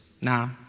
Now